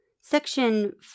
Section